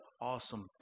awesome